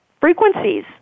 frequencies